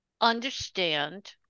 understand